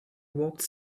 walked